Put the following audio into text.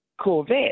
Corvette